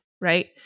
right